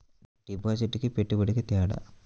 డిపాజిట్కి పెట్టుబడికి తేడా?